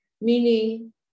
meaning